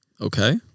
Okay